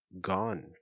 gone